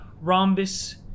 rhombus